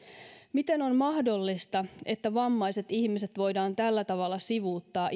miten on mahdollista että vammaiset ihmiset voidaan tällä tavalla sivuuttaa